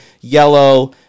yellow